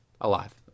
alive